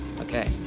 Okay